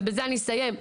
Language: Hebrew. ובזה אני אסיים,